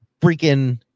freaking